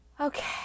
Okay